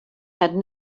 had